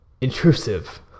intrusive